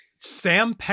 Sam